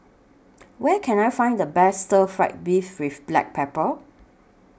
Where Can I Find The Best Stir Fried Beef with Black Pepper